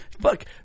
Fuck